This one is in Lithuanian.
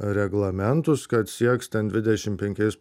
reglamentus kad sieks ten dvidešim penkiais